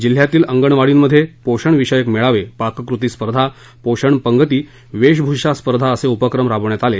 जिल्ह्यातील अंगणवाडीमध्ये पोषण विषयक मेळावे पाककृती स्पर्धा पोषण पंगती असे वेशभूषा असे उपक्रम राबवण्यात आले